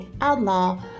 Outlaw